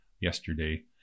yesterday